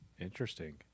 Interesting